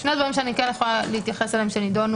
שני דברים שאני כן יכולה להתייחס אליהם שנדונו